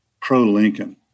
pro-Lincoln